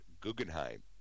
Guggenheim